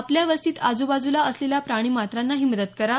आपल्या वस्तीत आजुबाजुला असलेल्या प्राणीमात्रांनाही मदत करा